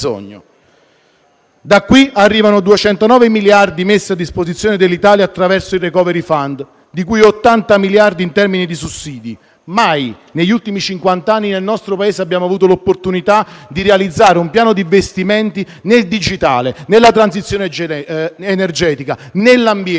Da qui arrivano i 209 miliardi messi a disposizione dell'Italia attraverso il *recovery fund*, di cui 80 miliardi in termini di sussidi. Mai, negli ultimi cinquant'anni, nel nostro Paese abbiamo avuto l'opportunità di realizzare un piano di investimenti nel digitale, nella transizione energetica, nell'ambiente, nel potenziamento e